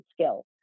skills